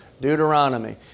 Deuteronomy